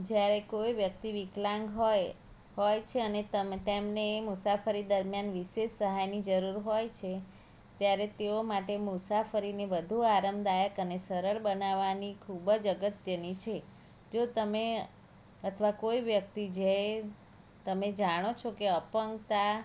જ્યારે કોઈ વ્યક્તિ વિકલાંગ હોય હોય છે અને તમે તેમને મુસાફરી દરમિયાન વિશેષ સહાયની જરૂર હોય છે ત્યારે તેઓ માટે મુસાફરીને વધુ આરામદાયક અને સરળ બનાવાની ખૂબ જ અગત્યની છે જો તમે અથવા કોઈ વ્યક્તિ જે તમે જાણો છો કે અપંગતા